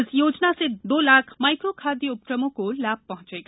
इस योजना से दो लाख माइक्रो खाद्य उपक्रमों को लाभ होगा